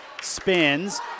spins